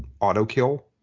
auto-kill